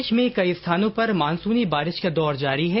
प्रदेश में कई स्थानों पर मानसूनी बारिश का दौर जारी है